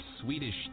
Swedish